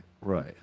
Right